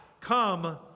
come